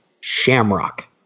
Shamrock